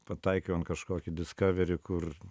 pataikiau ant kažkokį diskaveri kur